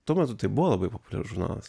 tuo metu tai buvo labai populiarus žurnalas